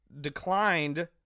declined